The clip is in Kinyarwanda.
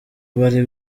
bari